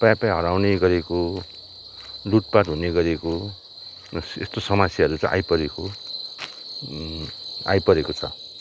प्रायः प्रायः हराउने गरेको लुटपाट हुने गरेको यस्तो समस्याहरू चाहिँ आइपरेको आइपरेको छ